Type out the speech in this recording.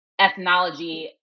ethnology